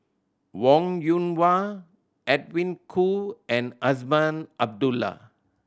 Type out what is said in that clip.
Wong Yoon Wah Edwin Koo and Azman Abdullah